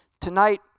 Tonight